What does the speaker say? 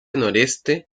noreste